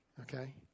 okay